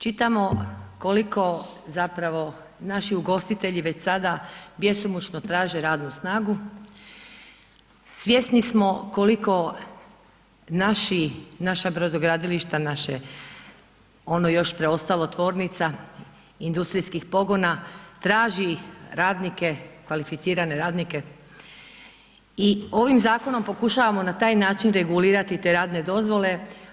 Čitamo koliko naši ugostitelji već sada bjesomučno traže radnu snagu, svjesni smo koliko naša brodogradilišta, naša ono još preostalo tvornica industrijskih pogona traži radnike, kvalificirane radnike i ovim zakonom pokušavamo na taj način regulirati te radne dozvole.